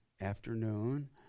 afternoon